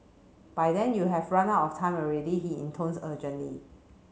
by then you have run out of time already he intones urgently